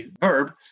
verb